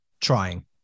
trying